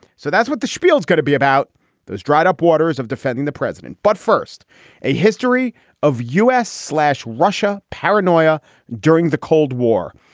so that's what the spiel is going to be about those dried up waters of defending the president. but first a history of u s. slash russia paranoia during the cold war.